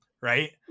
right